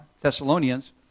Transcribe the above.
Thessalonians